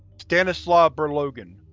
stanislav berlogin,